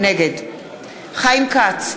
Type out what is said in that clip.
נגד חיים כץ,